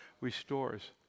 restores